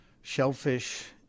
shellfish